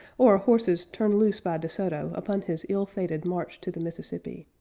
or horses turned loose by desoto upon his ill-fated march to the mississippi.